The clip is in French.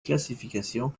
classification